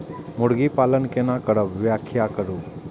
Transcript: मुर्गी पालन केना करब व्याख्या करु?